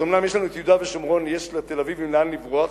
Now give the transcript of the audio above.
אז אומנם יש לנו את יהודה ושומרון ויש לתל-אביבים לאן לברוח,